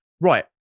right